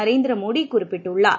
நரேந்திர மோடி குறிப்பிட்டுள்ளார்